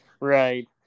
Right